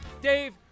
dave